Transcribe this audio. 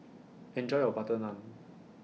Enjoy your Butter Naan